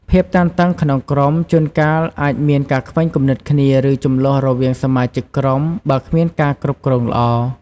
ភាពតានតឹងក្នុងក្រុម ជួនកាលអាចមានការខ្វែងគំនិតគ្នា ឬជម្លោះរវាងសមាជិកក្រុម បើគ្មានការគ្រប់គ្រងល្អ។